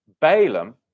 Balaam